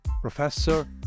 professor